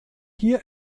hier